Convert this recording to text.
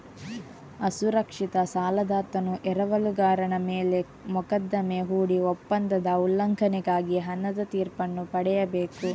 ಅಸುರಕ್ಷಿತ ಸಾಲದಾತನು ಎರವಲುಗಾರನ ಮೇಲೆ ಮೊಕದ್ದಮೆ ಹೂಡಿ ಒಪ್ಪಂದದ ಉಲ್ಲಂಘನೆಗಾಗಿ ಹಣದ ತೀರ್ಪನ್ನು ಪಡೆಯಬೇಕು